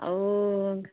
ଆଉ